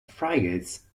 frigates